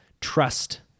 trust